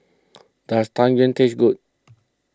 does Tang Yuen taste good